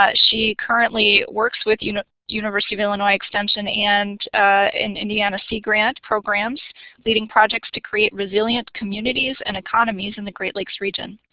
ah she currently works with you know university of illinois extension and in indiana sea grant programs leading projects to create resilient communities and economies in the great lakes region.